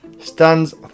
stands